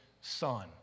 Son